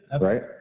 Right